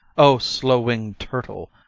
o, slow-wing'd turtle!